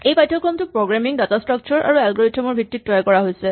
এই পাঠ্যক্ৰমটো programming data structure আৰু এলগৰিথম ৰ ভিত্তিত তৈয়াৰ কৰা হৈছে